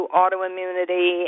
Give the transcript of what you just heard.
autoimmunity